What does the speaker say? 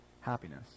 happiness